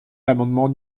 l’amendement